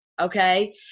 Okay